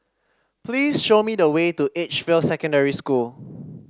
please show me the way to Edgefield Secondary School